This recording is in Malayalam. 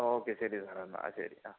ഓക്കേ ശരി സാറേ എന്നാൽ ആ ശരി ആ